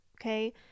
okay